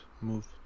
move